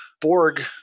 Borg